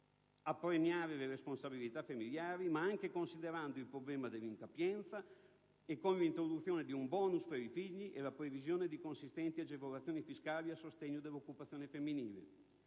da premiare le responsabilità familiari, ma anche, considerando il problema dell'incapienza, prevedendo l'introduzione di un *bonus* per i figli e la previsione di consistenti agevolazioni fiscali a sostegno dell'occupazione femminile.